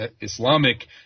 Islamic